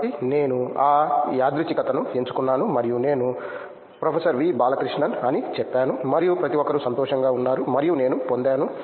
కాబట్టి నేను ఆ యాదృచ్ఛికతను ఎంచుకున్నాను మరియు నేను ప్రోఫ్ వి బాలకృష్ణ్ అని చెప్పాను మరియు ప్రతి ఒక్కరూ సంతోషంగా ఉన్నారు మరియు నేను పొందాను